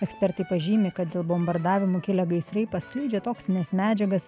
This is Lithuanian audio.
ekspertai pažymi kad dėl bombardavimų kilę gaisrai paskleidžia toksines medžiagas